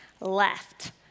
left